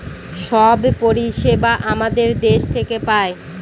সব পরিষেবা আমাদের দেশ থেকে পায়